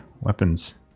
weapons